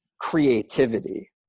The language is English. creativity